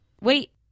wait